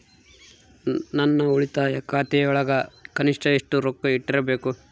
ನನ್ನ ಉಳಿತಾಯ ಖಾತೆಯೊಳಗ ಕನಿಷ್ಟ ಎಷ್ಟು ರೊಕ್ಕ ಇಟ್ಟಿರಬೇಕು?